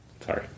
Sorry